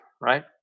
right